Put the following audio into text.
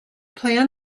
plan